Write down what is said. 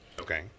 Okay